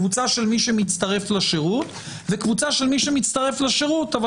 קבוצה של מי שמצטרף לשירות וקבוצה של מי שמצטרף לשירות אבל